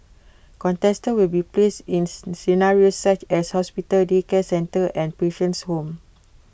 contestants will be placed ins scenarios such as hospital daycare centre and patient's home